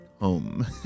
home